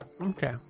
Okay